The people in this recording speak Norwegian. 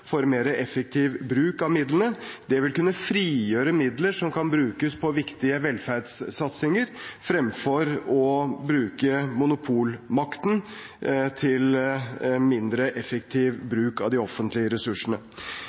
for mer effektiv bruk av midlene. Det vil kunne frigjøre midler som kan brukes på viktige velferdssatsinger, fremfor å bruke monopolmakten til mindre effektiv bruk av de offentlige ressursene.